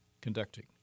conducting